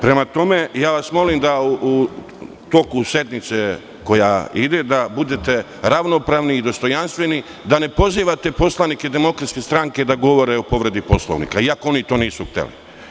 Prema tome, ja vas molim da toku sednice koja ide da budete ravnopravni i dostojanstveni da ne pozivate poslanike DS da govore o povredi Poslovnika iako oni to nisu hteli.